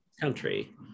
country